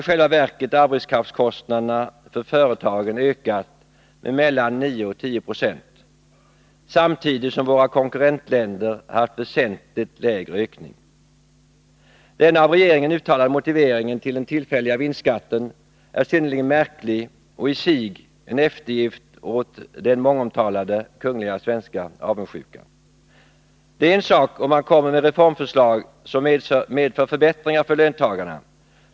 I själva verket har arbetskraftskostnaderna för företagen ökat med mellan 9 och 10 96, samtidigt som våra konkurrentländer har haft en väsentligt lägre ökning. Denna av regeringen uttalade motivering till den tillfälliga vinstskatten är synnerligen märklig och i sig en eftergift åt den mångomtalade kungliga svenska avundsjukan. Det är en sak om man kommer med reformförslag som medför förbättringar för löntagarna.